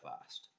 fast